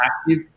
active